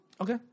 Okay